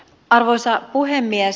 arvoisa puhemies